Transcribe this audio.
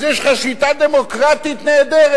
אז יש לך שיטה דמוקרטית נהדרת: